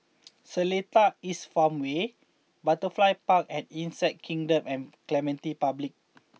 Seletar East Farmway Butterfly Park and Insect Kingdom and Clementi Public